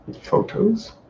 photos